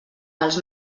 els